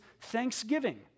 thanksgiving